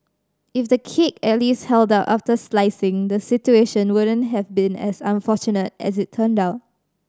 if the cake at least held up after slicing the situation wouldn't have been as unfortunate as it turned out